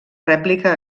rèplica